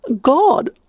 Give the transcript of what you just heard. God